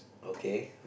okay